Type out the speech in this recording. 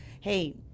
hey